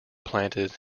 planted